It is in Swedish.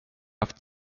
haft